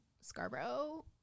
Scarborough